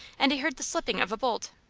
and he heard the slipping of a bolt.